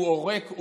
הוא עורק,